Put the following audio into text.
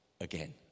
again